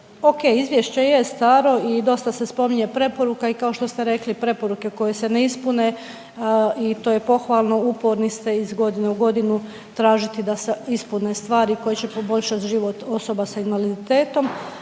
Okej, izvješće jest stablo i dosta se spominje preporuka i kao što ste rekli preporuke koje se ne ispune i to je pohvalno, uporni ste iz godine u godinu tražiti da se ispune stvari koje će poboljšat život osoba sa invaliditetom.